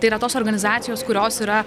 tai yra tos organizacijos kurios yra